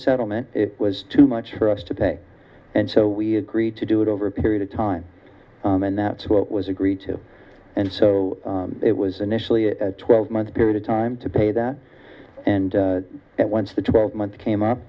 settlement was too much for us to pay and so we agreed to do it over a period of time and that's what was agreed to and so it was initially a twelve month period of time to pay that and at once the twelve months came up